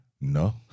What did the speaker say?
No